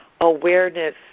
awareness